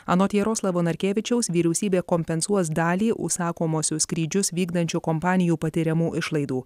anot jaroslavo narkevičiaus vyriausybė kompensuos dalį užsakomuosius skrydžius vykdančių kompanijų patiriamų išlaidų